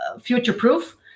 future-proof